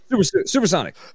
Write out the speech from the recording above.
Supersonic